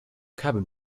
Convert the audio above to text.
cabin